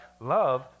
love